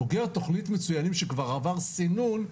בוגר תוכנית מצוינים שכבר עבר סינון,